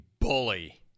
bully